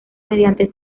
mediante